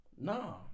no